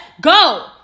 go